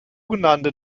genannte